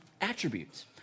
attributes